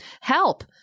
Help